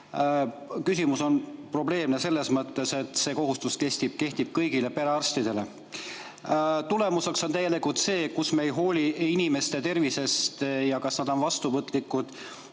Küsimus on probleemne selles mõttes, et see kohustus kehtib kõigile perearstidele. Tulemuseks on see, et me ei hooli inimeste tervisest, sellest, kas nad on vastuvõtlikud